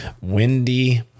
windy